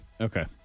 Okay